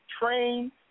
train